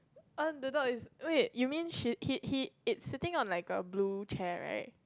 err the dog is wait you mean she he he it's sitting on a blue chair right